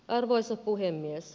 arvoisa puhemies